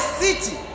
city